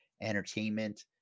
entertainment